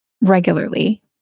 regularly